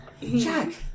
Jack